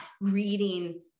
reading